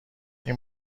این